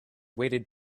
waited